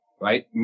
right